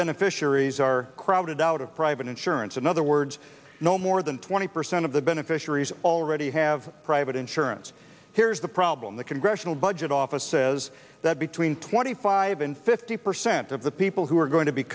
beneficiaries are crowded out of private insurance and other words no more than twenty percent of the beneficiaries already have private insurance here's the problem the congressional budget office says that between twenty five and fifty percent of the people who are going to be